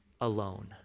alone